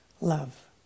love